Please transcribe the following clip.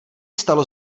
stalo